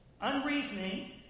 unreasoning